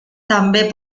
també